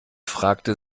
fragte